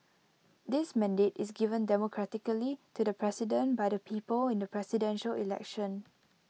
this mandate is given democratically to the president by the people in the Presidential Election